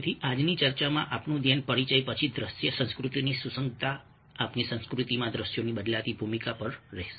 તેથી આજની ચર્ચામાં આપણું ધ્યાન પરિચય પછી દ્રશ્ય સંસ્કૃતિની સુસંગતતા આપણી સંસ્કૃતિમાં દ્રશ્યોની બદલાતી ભૂમિકા પર રહેશે